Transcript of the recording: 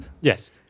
Yes